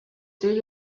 through